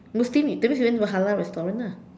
Muslim that means you went to halal restaurant lah